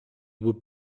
would